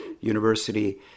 University